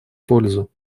пользу